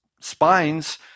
spines